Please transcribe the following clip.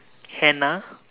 Hannah